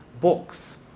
books